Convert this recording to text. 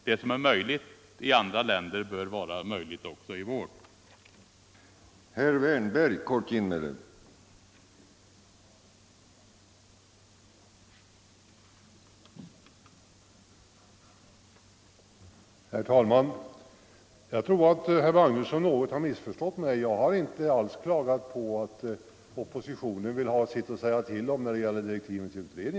Det som är möjligt i andra länder bör vara möjligt också i vårt land.